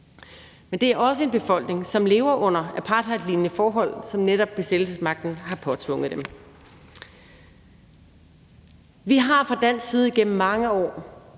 fred. Det er også en befolkning, som lever under apartheidlignende forhold, som netop besættelsesmagten har påtvunget dem. Vi har fra dansk side igennem mange år